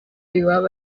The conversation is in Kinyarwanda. iwabo